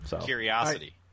Curiosity